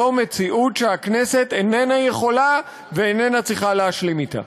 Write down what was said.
זו מציאות שהכנסת איננה יכולה ואיננה צריכה להשלים אתה.